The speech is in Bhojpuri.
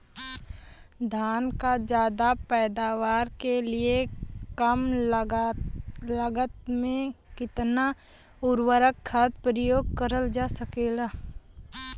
धान क ज्यादा पैदावार के लिए कम लागत में कितना उर्वरक खाद प्रयोग करल जा सकेला?